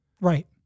Right